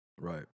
Right